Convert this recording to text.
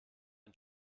ein